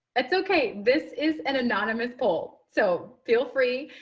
that's ok. this is an anonymous poll, so feel free.